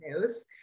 news